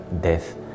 death